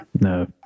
No